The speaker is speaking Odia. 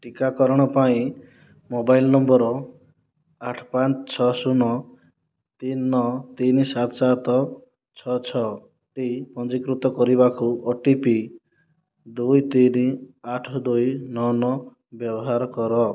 ଟିକାକରଣ ପାଇଁ ମୋବାଇଲ ନମ୍ବର ଆଠ ପାଞ୍ଚ ଛଅ ଶୂନ ତିନି ନଅ ତିନି ସାତ ସାତ ଛଅ ଛଅ ଟି ପଞ୍ଜୀକୃତ କରିବାକୁ ଓ ଟି ପି ଦୁଇ ତିନି ଆଠ ଦୁଇ ନଅ ନଅ ବ୍ୟବହାର କର